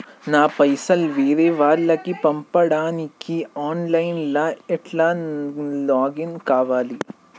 నా పైసల్ వేరే వాళ్లకి పంపడానికి ఆన్ లైన్ లా ఎట్ల లాగిన్ కావాలి?